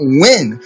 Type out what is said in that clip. win